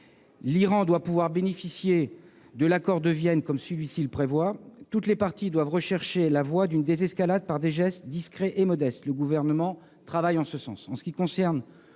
L'Iran doit pouvoir bénéficier de l'accord de Vienne, comme celui-ci le prévoit. Toutes les parties doivent rechercher la voie d'une désescalade par des gestes discrets et modestes ; le Gouvernement travaille en ce sens.